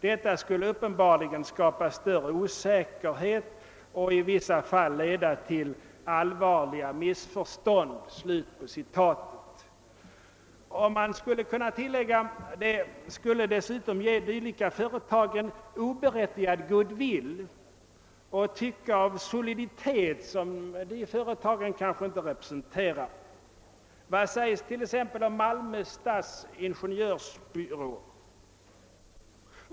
Detta skulle uppenbarligen skapa större osäkerhet och i vissa fall leda till allvarliga missförstånd.» Man skulle kunna tillägga att det dessutom skulle ge dylika företag en oberättigad goodwill och sken av soliditet som de företagen kanske inte representerar. Vad sägs t.ex. om »Malmö stads ingenjörsbyrå»?